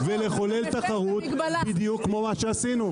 ולחולל תחרות בדיוק כפי שעשינו.